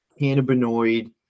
cannabinoid